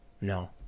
No